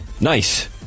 Nice